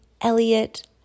Elliot